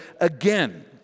again